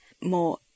more